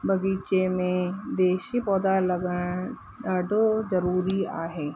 बग़ीचे में देसी पौधा लॻाइण ॾाढो ज़रूरी आहे